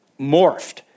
morphed